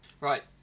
Right